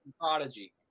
prodigy